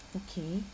okay